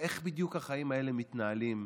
איך בדיוק החיים האלה מתנהלים,